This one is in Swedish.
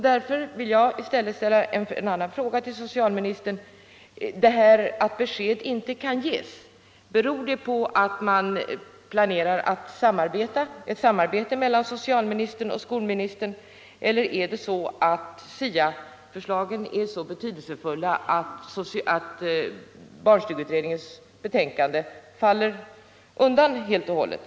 Därför vill jag ställa en annan fråga till socialministern: Beror detta att besked inte kan ges på att ett samarbete planeras mellan socialministern och skolministern eller är SIA-förslagen så betydelsefulla att barnstugeutredningens betänkande faller undan helt och hållet?